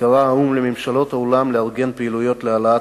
קרא האו"ם לממשלות העולם לארגן פעילויות להעלאת